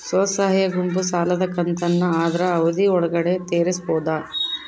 ಸ್ವಸಹಾಯ ಗುಂಪು ಸಾಲದ ಕಂತನ್ನ ಆದ್ರ ಅವಧಿ ಒಳ್ಗಡೆ ತೇರಿಸಬೋದ?